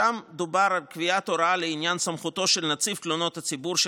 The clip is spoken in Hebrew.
שם דובר על קביעת הוראה לעניין סמכותו של נציב תלונות הציבור של